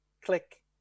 click